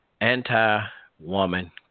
anti-woman